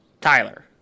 Tyler